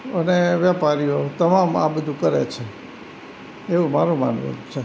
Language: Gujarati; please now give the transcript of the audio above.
અને વેપારીઓ તમામ આ બધું કરે છે એવું મારું માનવાનું છે